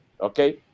okay